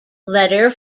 letter